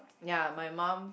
ya my mum